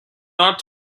not